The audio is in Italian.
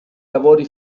lavori